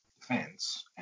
defense